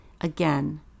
Again